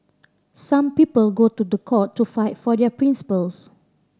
some people go to court to fight for their principles